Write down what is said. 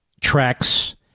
tracks